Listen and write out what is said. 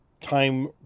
time